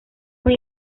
con